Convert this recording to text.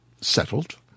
settled